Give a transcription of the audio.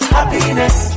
Happiness